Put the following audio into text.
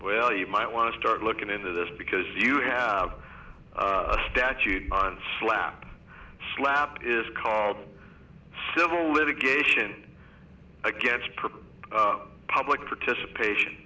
well you might want to start looking into this because you have a statute a slap slap is called civil litigation against pretty public participation